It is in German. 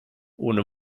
ohne